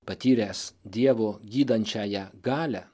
patyręs dievo gydančiąją galią